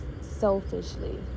selfishly